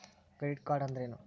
Credit card ಅಂದ್ರೇನು?